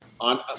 on